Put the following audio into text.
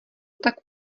tak